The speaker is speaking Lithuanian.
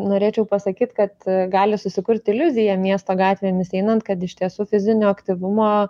norėčiau pasakyt kad gali susikurt iliuziją miesto gatvėmis einant kad iš tiesų fizinio aktyvumo